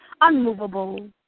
unmovable